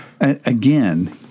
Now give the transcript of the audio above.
Again